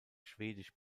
schwedisch